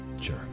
sure